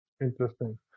Interesting